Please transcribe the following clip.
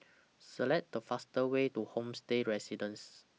Select The fastest Way to Homestay Residences